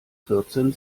vierzehn